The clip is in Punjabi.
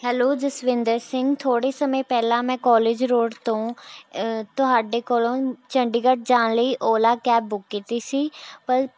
ਹੈਲੋ ਜਸਵਿੰਦਰ ਸਿੰਘ ਥੋੜ੍ਹੇ ਸਮੇਂ ਪਹਿਲਾਂ ਮੈਂ ਕੋਲਜ ਰੋਡ ਤੋਂ ਤੁਹਾਡੇ ਕੋਲੋਂ ਚੰਡੀਗੜ੍ਹ ਜਾਣ ਲਈ ਓਲਾ ਕੈਬ ਬੁੱਕ ਕੀਤੀ ਸੀ ਪਰ